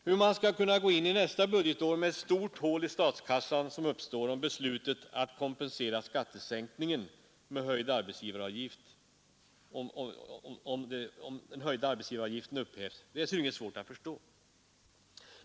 Hur man skulle kunna gå in i nästa budgetår med ett så stort hål i statskassan som uppstår, om beslutet att kompensera skattesänkningen med höjd arbetsgivaravgift upphävs, är svårt att förstå.